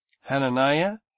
Hananiah